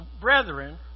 brethren